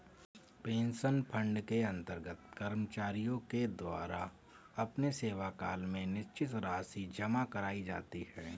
pension fund के अंतर्गत कर्मचारियों के द्वारा अपने सेवाकाल में निश्चित राशि जमा कराई जाती है